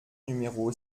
numéro